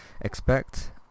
expect